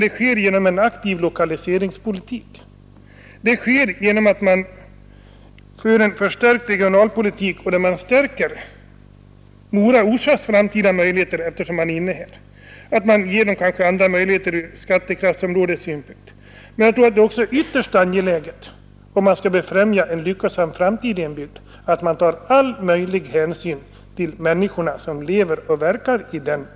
Det skall ske genom en aktiv lokaliseringspolitik, genom en utökad regionalpolitik, varvid Moras och Orsas framtida möjligheter kan förstärkas genom förändring av skattekraftsområdet osv. Men det är också ytterst angeläget för att befrämja en lyckosam framtid för en bygd, att man tar all möjlig hänsyn till de människor som lever och verkar i den.